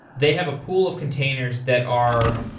they have a pool of containers that are